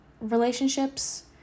relationships